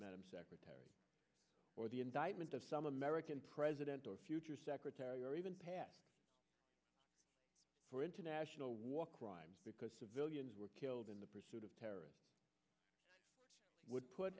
madam secretary or the indictment of some american president or future secretary or even for international war crimes because civilians were killed in the pursuit of terror would put